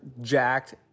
jacked